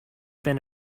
been